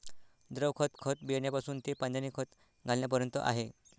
द्रव खत, खत बियाण्यापासून ते पाण्याने खत घालण्यापर्यंत आहे